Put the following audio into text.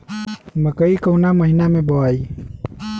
मकई कवना महीना मे बोआइ?